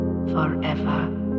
Forever